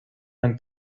ein